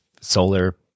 solar